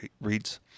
reads